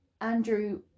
andrew